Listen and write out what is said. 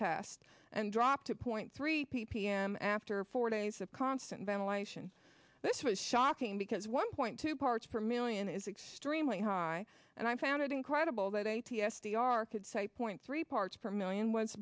test and drop to point three p p m after four days of constant ventilation this was shocking because one point two parts per million is extremely high and i found it incredible that eighty s t r could say point three parts for million was